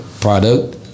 product